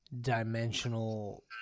dimensional